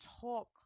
talk